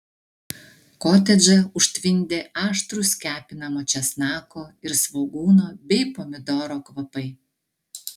kotedžą užtvindė aštrūs kepinamo česnako ir svogūno bei pomidoro kvapai